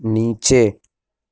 نیچے